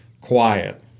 quiet